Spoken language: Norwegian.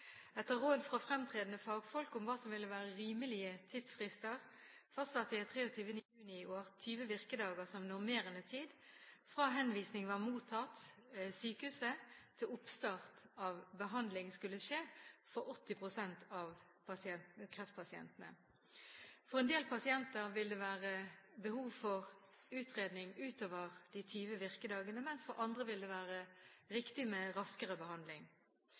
Etter råd fra fremtredende fagfolk om hva som ville være rimelige tidsfrister, fastsatte jeg 23. juni i år 20 virkedager som normerende tid fra henvisning var mottatt av sykehuset, til oppstart av behandling skulle skje, for 80 pst. av kreftpasientene. For en del pasienter vil det være behov for utredning utover de 20 virkedagene, mens for andre vil det være riktig med raskere behandling.